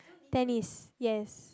tennis yes